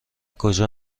کجا